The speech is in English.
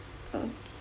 okay